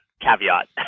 caveat